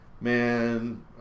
man